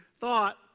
thought